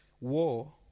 war